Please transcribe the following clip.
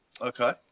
Okay